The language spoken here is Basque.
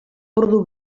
ordu